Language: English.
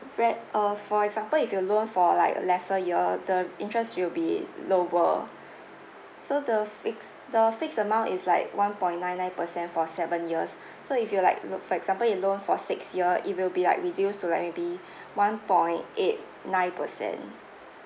re~ uh for example if you loan for like uh lesser year the interest will be lower so the fixed the fixed amount is like one point nine nine percent for seven years so if you like lo~ for example you loan for six year it will be like reduced to like maybe one point eight nine percent